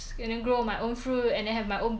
I cook my own basil pork rice